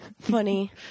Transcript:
Funny